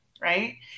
right